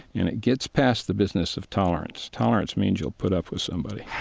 and it gets past the business of tolerance. tolerance means you'll put up with somebody.